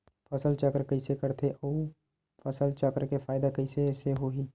फसल चक्र कइसे करथे उ फसल चक्र के फ़ायदा कइसे से होही?